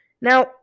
Now